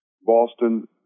Boston